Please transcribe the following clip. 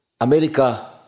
America